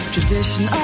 Tradition